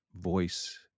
voice